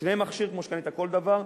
תקנה מכשיר כמו שקנית כל דבר,